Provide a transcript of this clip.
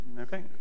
okay